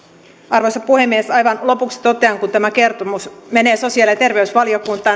arvoisa puhemies aivan lopuksi totean näin uutena valtuutettujen puheenjohtajana että kun tämä kertomus menee sosiaali ja terveysvaliokuntaan